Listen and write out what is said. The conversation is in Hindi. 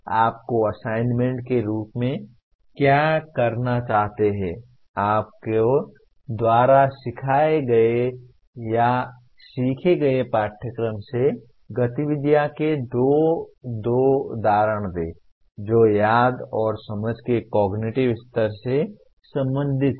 अब हम आपको असाइनमेंट के रूप में क्या करना चाहते हैं आपके द्वारा सिखाए गए या सीखे गए पाठ्यक्रम से गतिविधियों के दो उदाहरण दें जो याद और समझ के कॉगनिटिव स्तरों से संबंधित हैं